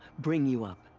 bring you up.